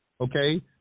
okay